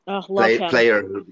player